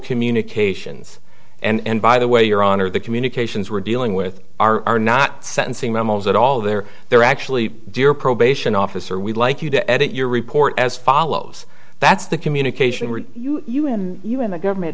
communications and by the way your honor the communications we're dealing with are not sentencing memos at all they're there actually do your probation officer we'd like you to edit your report as follows that's the communication were you and you and the government